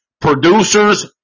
producers